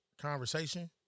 conversation